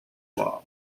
law